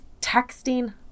texting